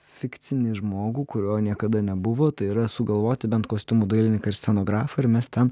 fikcinį žmogų kurio niekada nebuvo tai yra sugalvoti bent kostiumų dailininką scenografą ir mes ten